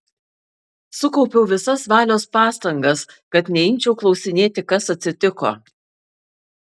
sukaupiau visas valios pastangas kad neimčiau klausinėti kas atsitiko